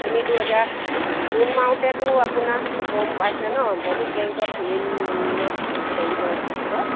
আপুনিতো এতিয়া লোন মাৰোতেতো আপোনাৰ গম পাইছে ন বহুত বেংকত ঋণ ঋণত হেৰি লয় সুদ লয়